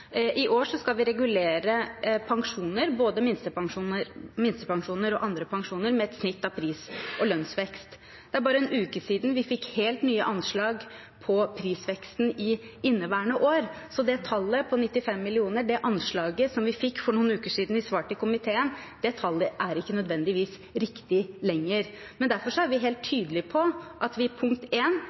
i år. I år skal vi regulere pensjoner, både minstepensjoner og andre pensjoner, med et snitt av pris- og lønnsvekst. Det er bare en uke siden vi fikk helt nye anslag på prisveksten for inneværende år, så tallet på 95 mill. kr – det anslaget vi fikk for noen uker siden i svaret til komiteen – er ikke nødvendigvis riktig lenger. Derfor er vi helt tydelig på at vi vil øke minstepensjonene i